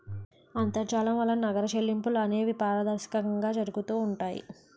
అంతర్జాలం వలన నగర చెల్లింపులు అనేవి పారదర్శకంగా జరుగుతూ ఉంటాయి